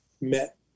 met